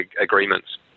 agreements